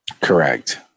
correct